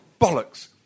bollocks